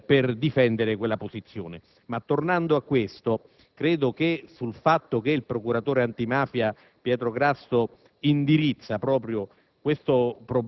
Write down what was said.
per difendere la sua posizione. Ma tornando all'interrogazione e al fatto che il procuratore antimafia Pietro Grasso indirizza proprio